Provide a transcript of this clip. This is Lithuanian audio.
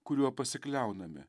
kuriuo pasikliauname